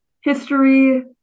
history